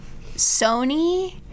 Sony